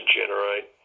generate